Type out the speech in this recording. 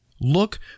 Look